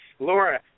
Laura